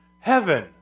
Heaven